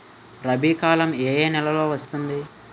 రబీ కాలం ఏ ఏ నెలలో వస్తుంది?